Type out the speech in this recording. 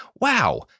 Wow